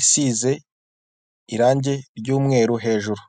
isize irange ry'umweru hejuru.